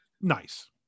nice